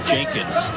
Jenkins